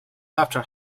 after